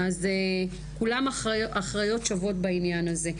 כולם אחראיות שוות בעניין הזה.